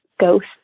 ghost